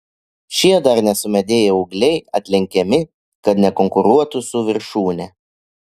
šie dar nesumedėję ūgliai atlenkiami kad nekonkuruotų su viršūne